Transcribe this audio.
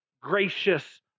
gracious